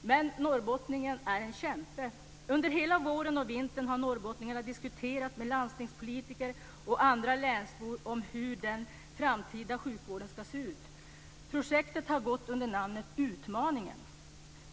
Men norrbottningen är en kämpe. Under hela våren och vintern har norrbottningarna diskuterat med landstingspolitiker och andra länsbor hur den framtida sjukvården ska se ut. Projektet har gått under namnet Utmaningen.